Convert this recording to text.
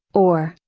or,